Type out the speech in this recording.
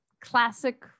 classic